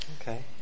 Okay